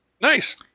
Nice